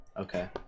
Okay